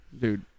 Dude